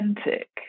authentic